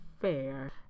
Fair